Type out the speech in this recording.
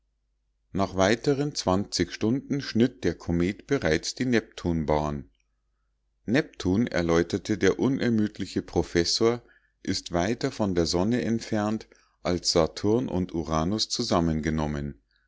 nach weiteren zwanzig stunden schnitt der komet bereits die neptunbahn neptun erläuterte der unermüdliche professor ist weiter von der sonne entfernt als saturn und uranus zusammengenommen